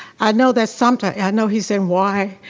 i know that sometimes, i know he's saying why.